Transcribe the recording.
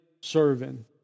Serving